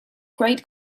great